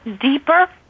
deeper